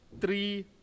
Three